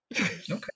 Okay